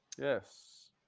Yes